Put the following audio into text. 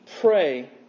pray